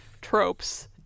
tropes